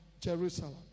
Jerusalem